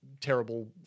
terrible